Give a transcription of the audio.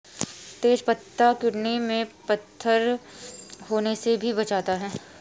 तेज पत्ता किडनी में पत्थर होने से भी बचाता है